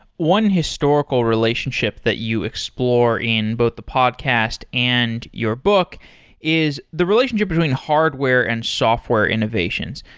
one historical relationship that you explore in both the podcast and your book is the relationship between hardware and software innovations.